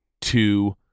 two